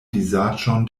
vizaĝon